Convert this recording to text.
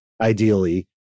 ideally